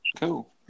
Cool